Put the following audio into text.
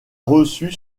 reçu